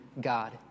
God